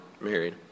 married